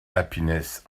happiness